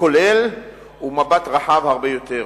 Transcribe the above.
כולל ומבט רחב הרבה יותר.